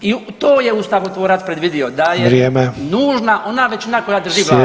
I to je ustavotvorac predvidio [[Upadica Sanader: Vrijeme.]] da je nužna ona većina koja drži Vladu.